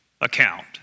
account